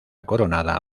coronada